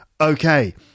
okay